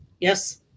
Yes